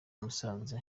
musanze